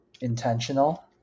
intentional